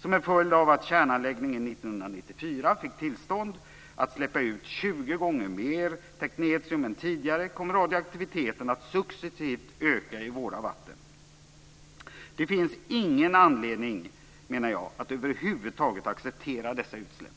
Som en följd av att kärnanläggningen 1994 fick tillstånd att släppa ut 20 gånger mer teknetium än tidigare kommer radioaktiviteten att successivt öka i våra vatten. Jag menar att det inte finns någon anledning att över huvud taget acceptera dessa utsläpp.